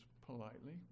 politely